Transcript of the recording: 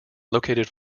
located